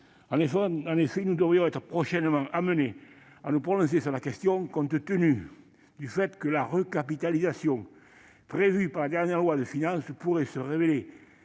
En effet, nous devrions être prochainement amenés à nous prononcer sur la question, compte tenu du fait que la recapitalisation prévue par la dernière loi de finances pourrait se révéler